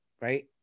right